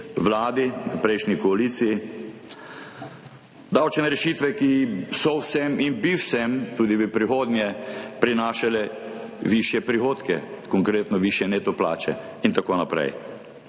vladi, v prejšnji koaliciji, davčne rešitve, ki so vsem in bi vsem tudi v prihodnje prinašale višje prihodke, konkretno višje neto plače in tako naprej?